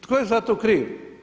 Tko je za to kriv?